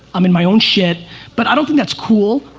i'm in my own shed but i don't think that's cool.